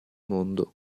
mondo